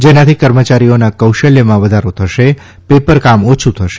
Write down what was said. જેનાથી કર્મચારીઓના કૌશલ્યમાં વધારો થશે પેપરકામ ઓછ઼ થશે